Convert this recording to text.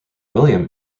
william